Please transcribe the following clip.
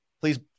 please